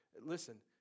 listen